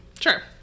Sure